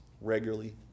regularly